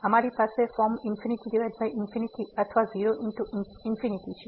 તેથી અમારી પાસે ફોર્મ ∞∞ અથવા 0 ×∞ છે